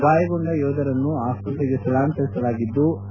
ಗಾಯಗೊಂಡ ಯೋಧರನ್ನು ಆಸ್ಪತ್ರೆಗಳಿಗೆ ಸ್ಗಳಾಂತರಿಸಲಾಗಿದ್ಲು